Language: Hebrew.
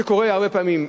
כפי שקורה הרבה פעמים,